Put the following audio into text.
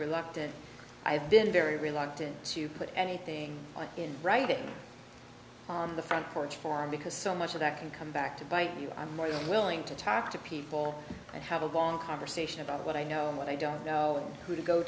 reluctant i've been very reluctant to put anything in writing on the front porch for him because so much of that can come back to bite you i'm more than willing to talk to people and have a long conversation about what i know and what i don't know who to go